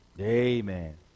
Amen